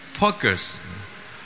focus